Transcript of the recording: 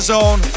Zone